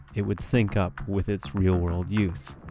it would sync up with its real-world use.